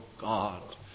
God